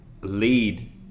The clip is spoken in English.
lead